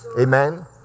Amen